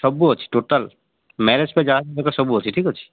ସବୁ ଅଛି total marriage pack ଯାହା ବି ଦର୍କାର୍ ସବୁ ଅଛି ଠିକ୍ ଅଛି